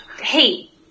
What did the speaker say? hey